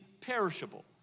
perishable